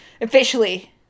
Officially